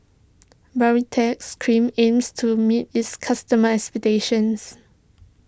Baritex Cream aims to meet its customers' expectations